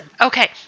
Okay